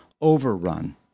Overrun